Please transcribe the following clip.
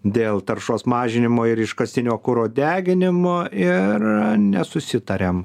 dėl taršos mažinimo ir iškastinio kuro deginimo ir nesusitariam